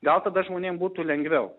gal tada žmonėm būtų lengviau